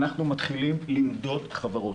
אנחנו מתחילים למדוד חברות.